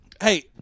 Hey